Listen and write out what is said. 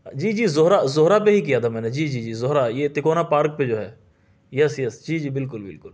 جی جی زہرہ زہرہ پہ ہی کیا تھا میں نے جی جی زہرہ یہ تکونہ پارک پہ جو ہے یس یس جی جی بالکل بالکل